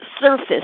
surface